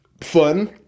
fun